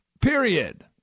Period